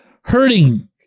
hurting